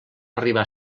arribar